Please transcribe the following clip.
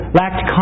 lacked